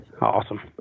Awesome